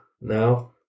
now